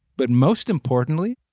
but most importantly,